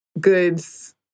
goods